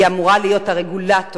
היא אמורה להיות הרגולטור,